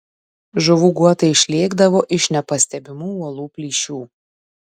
žuvų guotai išlėkdavo iš nepastebimų uolų plyšių